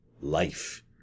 Life